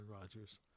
Rodgers